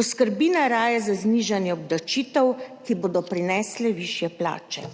Poskrbi naj raje za znižanje obdavčitev, ki bodo prinesle višje plače.